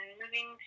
moving